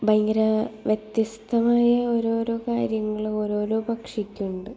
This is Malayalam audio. ഭയങ്കര വ്യത്യസ്ഥമായ ഓരോരോ കാര്യങ്ങൾ ഓരോരോ പക്ഷിക്കുണ്ട്